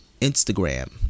Instagram